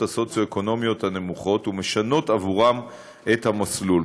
הסוציו-אקונומיות הנמוכות ומשנות עבורם את המסלול.